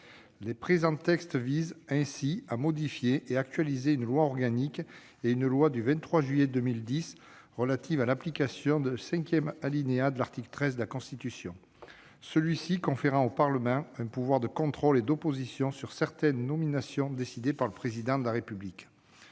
Les présents textes visent ainsi à modifier et actualiser une loi organique et une loi du 23 juillet 2010 relatives à l'application du cinquième alinéa de l'article 13 de la Constitution conférant au Parlement un pouvoir de contrôle et d'opposition sur certaines nominations décidées par le Président de la République.